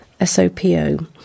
SOPO